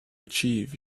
achieve